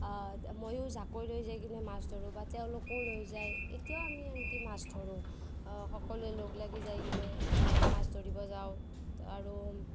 এতিয়া ময়ো জাকৈ লৈ যায় কিনে মাছ ধৰোঁ বা তেওঁলোকেও লৈ যায় এতিয়াও আমি সেনকৈ মাছ ধৰোঁ সকলোৱে লগ লাগি যায় কিনে মাছ ধৰিবা যাওঁ আৰু